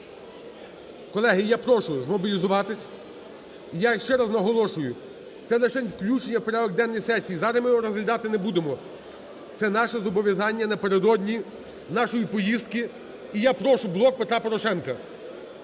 Колеги, я прошу змобілізуватись. І я ще раз наголошую, це лишень включення в порядок денний сесії, зараз ми його розглядати не будемо. Це наше зобов'язання напередодні нашої поїздки. І я прошу, "Блок Петра Порошенка",